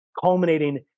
culminating